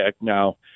Now